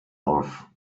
auf